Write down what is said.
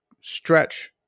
stretch